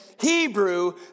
Hebrew